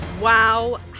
Wow